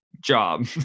job